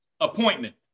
appointment